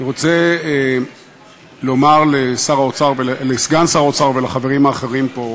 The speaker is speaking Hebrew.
אני רוצה לומר לסגן שר האוצר ולחברים האחרים פה,